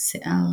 "שיער",